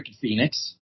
Phoenix